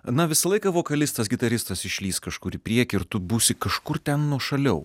na visą laiką vokalistas gitaristas išlįs kažkur į priekį ir tu būsi kažkur ten nuošaliau